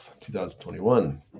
2021